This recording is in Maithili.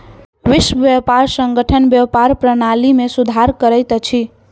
विश्व व्यापार संगठन व्यापार प्रणाली में सुधार करैत अछि